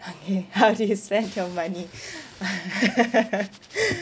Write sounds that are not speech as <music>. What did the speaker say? okay <laughs> how do you spend your money <laughs>